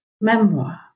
memoir